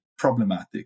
problematic